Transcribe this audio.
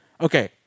Okay